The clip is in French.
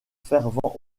fervent